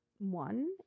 One